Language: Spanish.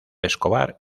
escobar